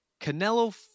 Canelo